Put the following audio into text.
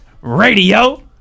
Radio